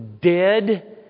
dead